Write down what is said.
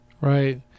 Right